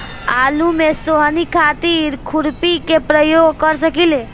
आलू में सोहनी खातिर खुरपी के प्रयोग कर सकीले?